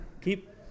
Keep